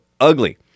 ugly